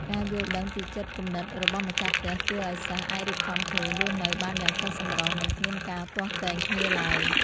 ការយល់ដឹងពីចិត្តគំនិតរបស់ម្ចាស់ផ្ទះជួយឱ្យសិស្សអាចរៀបចំខ្លួនរស់នៅបានយ៉ាងចុះសម្រុងនិងគ្មានការទាស់ទែងគ្នាឡើយ។